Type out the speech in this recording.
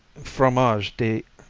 fromage d'